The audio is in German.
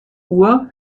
uhr